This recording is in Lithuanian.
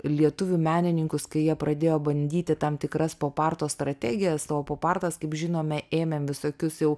lietuvių menininkus kai jie pradėjo bandyti tam tikras strategija slopų kaip žinome ėmėme visokius jau